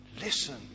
Listen